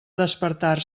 despertar